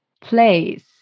place